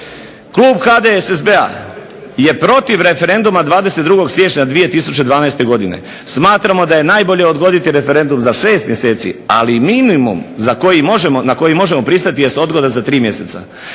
klub HDSSB-a je protiv referenduma 22. siječnja 2012. Smatramo da je najbolje odgoditi referendum za šest mjeseci, ali minimum na koji možemo pristati jest odgoda za 3 mjeseca.